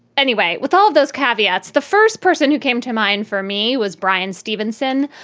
anyway, with all of those caveats, the first person who came to mind for me was bryan stevenson,